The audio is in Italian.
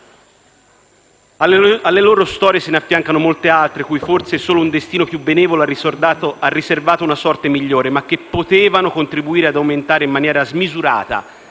Alle loro storie se ne affiancano molte altre, cui forse solo un destino più benevolo ha riservato una sorte migliore, ma che potevano contribuire ad aumentare in maniera smisurata